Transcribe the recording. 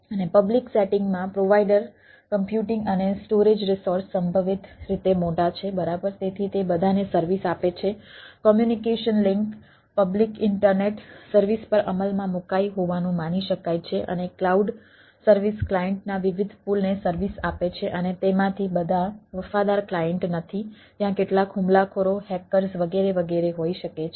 અને public setting વગેરે વગેરે હોઈ શકે છે